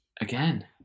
again